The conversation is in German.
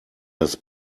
das